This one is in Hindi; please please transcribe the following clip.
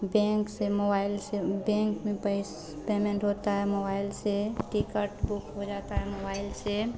बैंक से मोबाइल से बैंक में पैसा पेमेन्ट होता है मोबाइल से टिकट बुक हो जाता है मोबाइल से